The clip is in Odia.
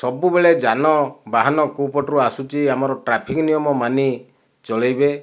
ସବୁବେଳେ ଯାନବାହାନ କେଉଁ ପଟରୁ ଆସୁଛି ଆମର ଟ୍ରାଫିକ୍ ନିୟମ ମାନି ଚଳେଇବେ